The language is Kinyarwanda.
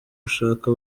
gushaka